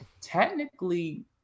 technically